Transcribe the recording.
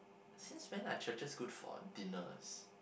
since when are churches good for dinners